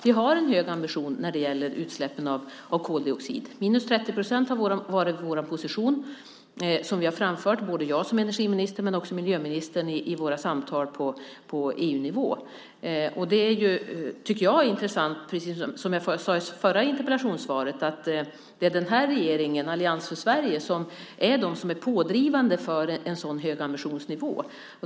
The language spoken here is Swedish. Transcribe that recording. Vi har en hög ambition när det gäller utsläppen av koldioxid. 30 procent har varit vår position som vi har framfört, både jag som energiminister och miljöministern, i våra samtal på EU-nivå. Jag tycker att det är intressant, precis som jag sade i det förra interpellationssvaret, att det är den här regeringen, Allians för Sverige, som är pådrivande för en så hög ambitionsnivå.